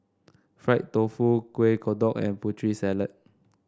Fried Tofu Kueh Kodok and Putri Salad